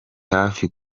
hafi